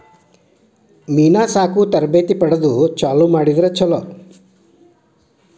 ಮೇನಾ ಸಾಕು ತರಬೇತಿ ಪಡದ ಚಲುವ ಮಾಡಿದ್ರ ಚುಲೊ